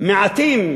"מעטים",